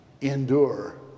endure